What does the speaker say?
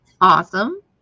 awesome